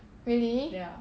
really